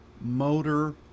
motor